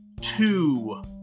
two